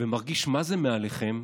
ומרגיש מה זה מעליכם,